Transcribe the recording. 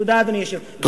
תודה, אדוני היושב-ראש.